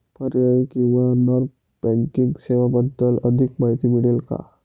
पर्यायी किंवा non banking सेवांबद्दल अधिक माहिती मिळेल का?